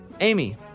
Amy